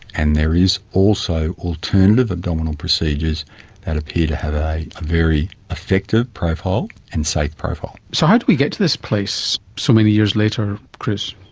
and there is also alternative abdominal procedures that appear to have a very effective profile and safe profile. so how do we get to this place so many years later, chris?